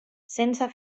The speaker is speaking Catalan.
sense